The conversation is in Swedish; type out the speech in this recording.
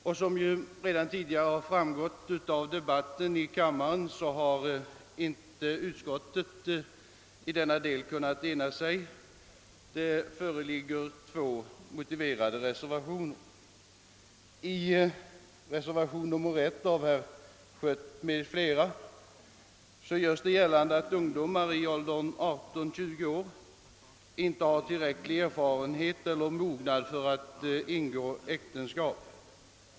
Såsom framhållits under debatten har utskottet i denna del inte kunnat ena sig, utan det föreligger två motiverade reservationer. I reservationen 1 av herr Schött m.fl. görs gällande, att ungdomar i åldern 18-—20 år inte har tillräcklig erfarenhet eller mognad för att ingå äktenskap.